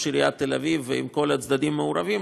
עיריית תל אביב ועם כל הצדדים המעורבים,